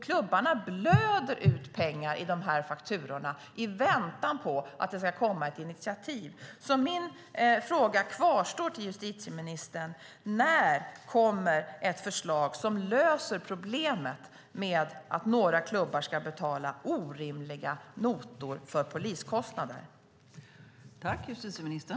Klubbarna blöder ut pengar genom de här fakturorna i väntan på att det ska komma ett initiativ. Min fråga till justitieministern kvarstår: När kommer ett förslag som löser problemet med att några klubbar ska betala orimliga notor för poliskostnader?